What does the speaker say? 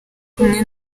kumwe